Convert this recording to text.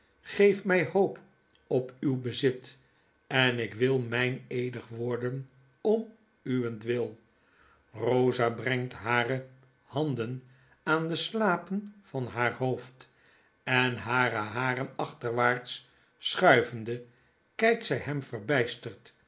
g-eef mjj hoop op uw bezit en ik wil meineedig v worden om uwentwil rosa brengt hare handen aan de slapen van haar hoofd en hare haren achterwaarts schuivende kjjkt zjj hem verbijsterd